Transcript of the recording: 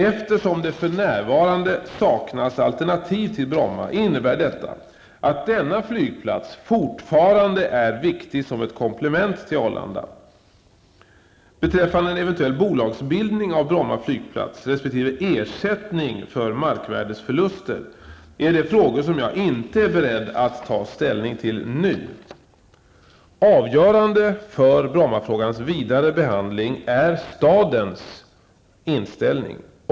Eftersom det för närvarande saknas alternativ till Bromma innebär detta att denna flygplats fortfarande är viktig som ett komplement till Arlanda. Bromma flygplats resp. ersättning för markvärdesförluster är det frågor som jag inte är beredd att ta ställning till nu. Avgörande för Brommafrågans vidare behandling är stadens inställning.